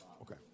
Okay